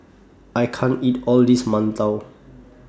I can't eat All This mantou